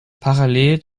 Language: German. parallel